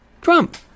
Trump